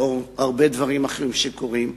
לנוכח הרבה דברים אחרים שקורים.